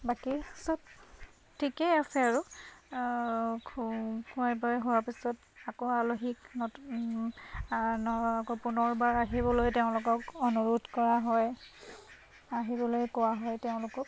বাকী চব ঠিকেই আছে আৰু খুৱাই বোৱাই হোৱাৰ পাছত আকৌ আলহীক নতুন ন আকৌ পুনৰবাৰ আহিবলৈ তেওঁলোকক অনুৰোধ কৰা হয় আহিবলৈ কোৱা হয় তেওঁলোকক